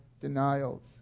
denials